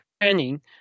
training